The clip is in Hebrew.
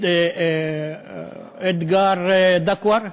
אדגר דקואר,